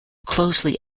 closely